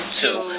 two